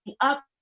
up